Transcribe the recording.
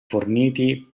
forniti